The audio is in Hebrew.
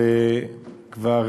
זה כבר